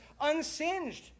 unsinged